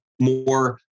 more